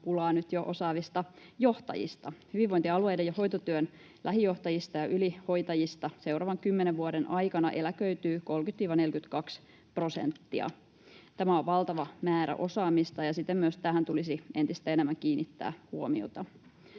pulaa jo nyt osaavista johtajista. Hyvinvointialueiden ja hoitotyön lähijohtajista ja ylihoitajista seuraavan kymmenen vuoden aikana eläköityy 30—42 prosenttia. Tämä on valtava määrä osaamista, ja siten myös tähän tulisi entistä enemmän kiinnittää huomiota.